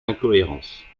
incohérences